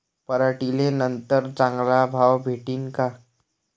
पराटीले नंतर चांगला भाव भेटीन का?